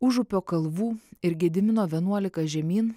užupio kalvų ir gedimino vienuolika žemyn